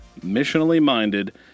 missionally-minded